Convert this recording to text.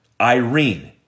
Irene